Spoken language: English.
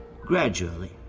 Gradually